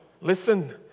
Listen